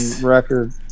record